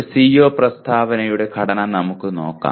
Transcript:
ഒരു CO പ്രസ്താവനയുടെ ഘടന നമുക്ക് നോക്കാം